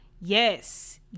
Yes